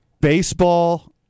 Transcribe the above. Baseball